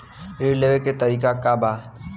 ऋण लेवे के तरीका का बा?